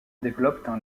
développent